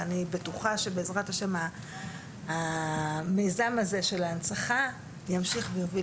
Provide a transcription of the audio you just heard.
ואני בטוחה שבעזרת השם המיזם הזה של ההנצחה ימשיך ויוביל